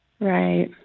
Right